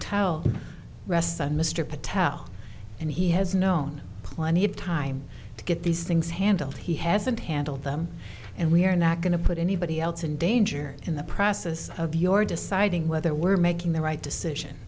motel rests on mr patel and he has known plenty of time to get these things handled he hasn't handled them and we are not going to put anybody else in danger in the process of your deciding whether we're making the right decision